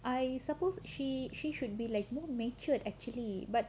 I suppose she she should be like more matured actually but